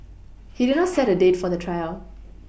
he did not set a date for the trial